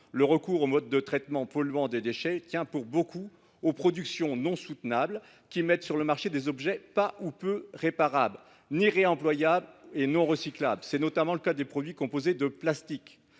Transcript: Le recours aux modes de traitement polluants des déchets tient aussi et surtout aux productions non soutenables, qui mettent sur le marché des objets pas ou peu réparables, réemployables ou recyclables. C’est notamment le cas des produits composés de plastique.